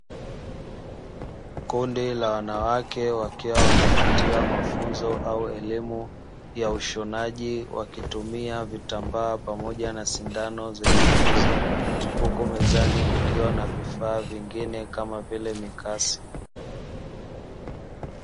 Kundi la wanawake wakiwa wanapatiwa mafunzo au elimu ya ushonaji wakitumia vitambaa pamoja na sindano, zenye nyuzi huko mezani kukiwa na vifaa vingine kama vile mikasi.